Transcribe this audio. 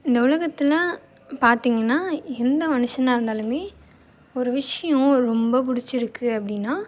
இந்த உலகத்துல்லாம் பார்த்தீங்கன்னா எந்த மனுஷனாக இருந்தாலுமே ஒரு விஷயோம் ரொம்ப பிடிச்சிருக்கு அப்படின்னா